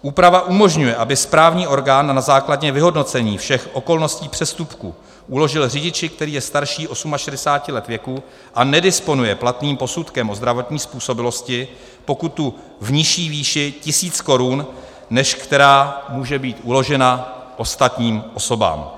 Úprava umožňuje, aby správní orgán na základě vyhodnocení všech okolností přestupku uložil řidiči, který je starší 68 let věku a nedisponuje platným posudkem o zdravotní způsobilosti, pokutu v nižší výši tisíc korun, než která může být uložena ostatním osobám.